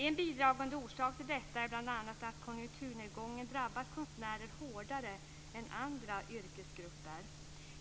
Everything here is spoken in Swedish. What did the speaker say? En bidragande orsak till detta är bl.a. att konjunkturnedgången drabbat konstnärer hårdare än andra yrkesgrupper.